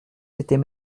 c’était